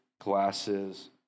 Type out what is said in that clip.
glasses